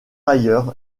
ailleurs